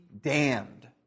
damned